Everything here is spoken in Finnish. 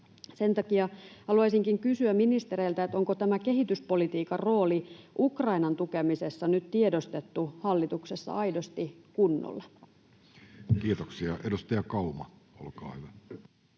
Sen takia haluaisinkin kysyä ministereiltä: onko tämä kehityspolitiikan rooli Ukrainan tukemisessa nyt tiedostettu hallituksessa aidosti kunnolla? Kiitoksia. — Edustaja Kauma, olkaa hyvä.